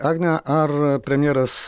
agne ar premjeras